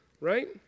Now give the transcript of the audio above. right